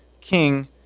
king